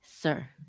sir